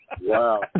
Wow